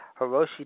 Hiroshi